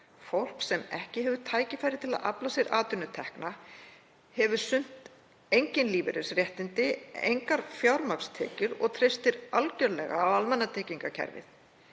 Fólk sem ekki hefur tækifæri til að afla sér atvinnutekna hefur sumt engin lífeyrisréttindi, engar fjármagnstekjur og treystir algerlega á almannatryggingakerfið.